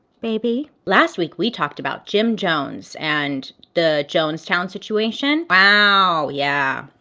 baby. last week we talked about jim jones, and the jonestown situation. wow! yeah.